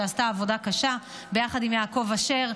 שעשתה עבודה קשה ביחד עם יעקב אשר,